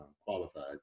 qualified